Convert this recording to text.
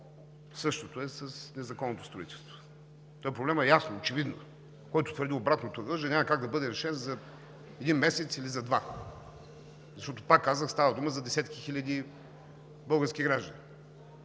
Същото е с незаконното строителство – проблемът е ясен очевидно. Който твърди обратното, лъже, но няма как да бъде решен за един месец или за два. Защото, пак казвам, става дума за десетки хиляди български граждани.